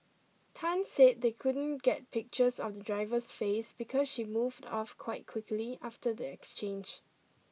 Tan said they couldn't get pictures of the driver's face because she moved off quite quickly after the exchange